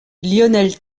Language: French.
lionel